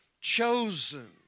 chosen